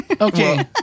Okay